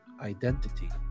identity